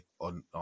on